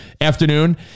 afternoon